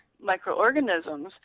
microorganisms